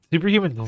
Superhuman